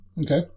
Okay